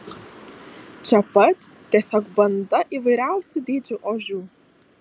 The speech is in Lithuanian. čia pat tiesiog banda įvairiausių dydžių ožių